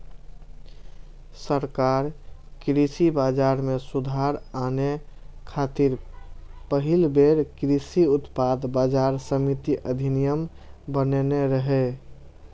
सरकार कृषि बाजार मे सुधार आने खातिर पहिल बेर कृषि उत्पाद बाजार समिति अधिनियम बनेने रहै